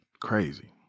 Crazy